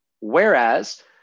Whereas